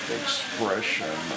expression